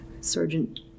Sergeant